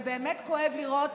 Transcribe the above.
זה באמת כואב לראות,